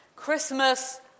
Christmas